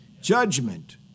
judgment